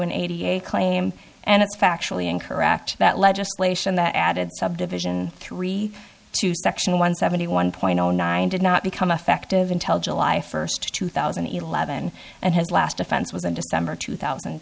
an eighty eight claim and it's factually incorrect that legislation that added subdivision three to section one seventy one point zero nine did not become effective intel july first two thousand and eleven and his last offense was in december two thousand and